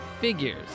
figures